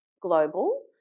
global